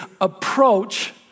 approach